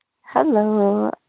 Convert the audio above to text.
Hello